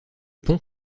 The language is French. pont